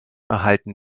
erhalten